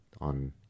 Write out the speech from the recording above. on